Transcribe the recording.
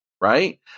right